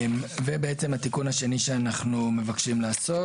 התיקון השני שאנחנו מבקשים לעשות